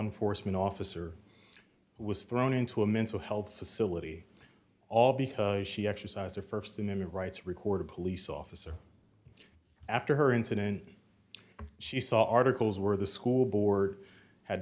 enforcement officer who was thrown into a mental health facility all because she exercised her st in a rights record a police officer after her incident she saw articles where the school board had